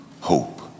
hope